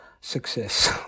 success